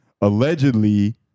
allegedly